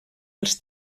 els